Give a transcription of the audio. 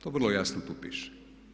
To vrlo jasno tu piše.